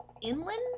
Inland